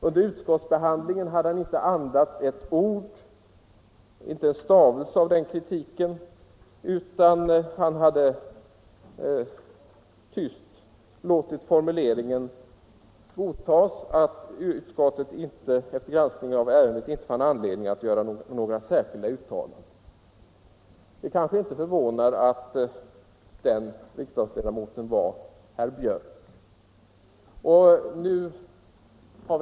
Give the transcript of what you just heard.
Under utskottsbehandlingen hade han alltså inte andats ett ord eller en stavelse av den kritiken utan tyst låtit formuleringen godtas, att utskottet efter granskning av ärendet inte funnit anledning göra några särskilda uttalanden. Det kanske inte förvånar att den riksdagsledamoten var herr Björck i Nässjö.